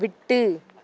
விட்டு